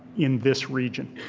in this region,